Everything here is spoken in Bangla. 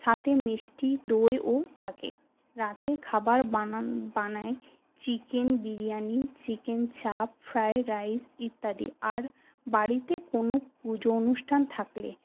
সাথে মিষ্টি দইও থাকে রাতে খাবার বানাই chicken biryani chicken chaap fried rice ইত্যাদি আর বাড়িতে কোনো পুজো অনুষ্ঠান থাকলে